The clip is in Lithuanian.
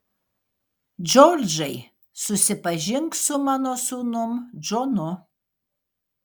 džordžai susipažink su mano sūnum džonu